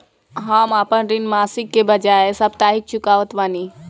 हम अपन ऋण मासिक के बजाय साप्ताहिक चुकावतानी